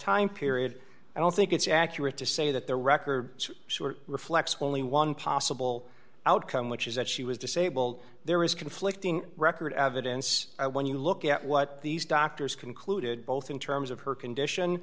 time period i don't think it's accurate to say that the record reflects wholly one possible outcome which is that she was disabled there is conflicting record evidence when you look at what these doctors concluded both in terms of her condition